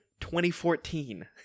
2014